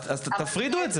אז תפרידו את זה.